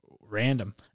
Random